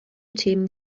themen